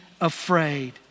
afraid